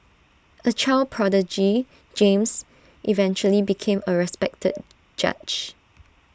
A child prodigy James eventually became A respected judge